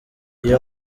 iyo